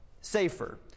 safer